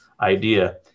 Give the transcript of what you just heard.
idea